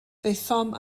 daethom